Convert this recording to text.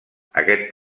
aquest